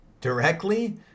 directly